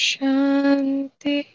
Shanti